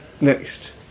Next